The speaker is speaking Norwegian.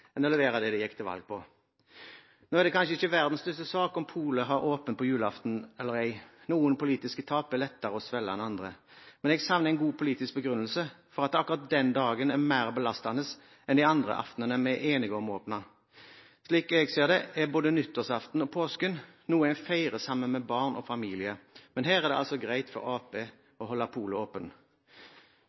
å levere det de gikk til valg på. Nå er det kanskje ikke verdens største sak om polet har åpent på julaften eller ei. Noen politiske tap er lettere å svelge enn andre. Men jeg savner en god politisk begrunnelse for at akkurat den dagen er mer belastende enn de andre aftenene vi er enige om å holde åpent. Slik jeg ser det, er både nyttårsaften og påsken noe en feirer sammen med barn og familie, men her er det altså greit for Arbeiderpartiet å holde polet